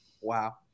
Wow